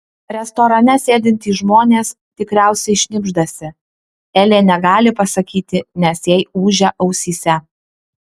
restorane sėdintys žmonės tikriausiai šnibždasi elė negali pasakyti nes jai ūžia ausyse